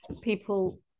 people